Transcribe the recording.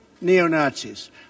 neo-Nazis